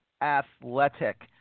Athletic